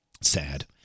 sad